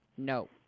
no